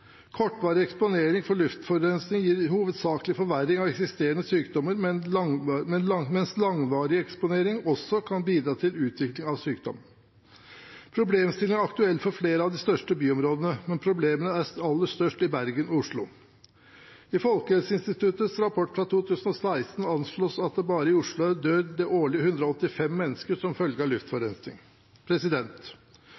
Kortvarig eksponering for luftforurensning gir hovedsakelig forverring av eksisterende sykdommer, mens langvarig eksponering også kan bidra til utvikling av sykdom. Problemstillingen er aktuell i flere av de største byområdene, men problemene er aller størst i Bergen og Oslo. I Folkehelseinstituttets rapport fra 2016 anslås det at bare i Oslo dør årlig 185 mennesker som følge av